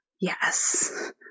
Yes